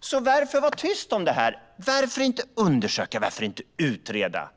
Så varför är det så tyst om detta? Varför undersöker eller utreder vi inte det här?